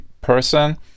person